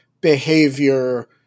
behavior